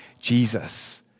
Jesus